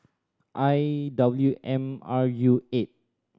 I W M R U eight